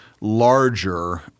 larger